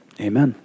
amen